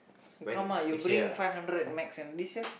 you come ah you bring five hundred max and this year